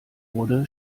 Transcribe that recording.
wurde